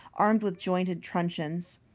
armed with jointed truncheons.